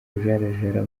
kujarajara